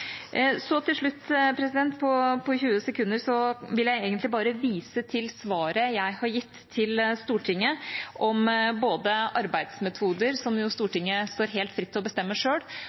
Så til slutt – på 20 sekunder – vil jeg bare vise til svaret jeg har gitt til Stortinget om både arbeidsmetoder, som jo Stortinget står helt fritt til å bestemme